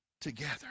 together